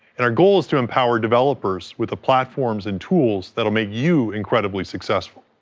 and our goal is to empower developers with the platforms and tools that'll make you incredibly successful.